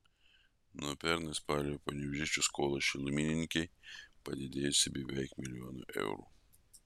nuo pernai spalio panevėžiečių skola šilumininkei padidėjusi beveik milijonu eurų